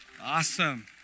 Awesome